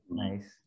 nice